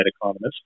economist